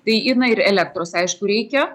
tai jinai ir elektros aišku reikia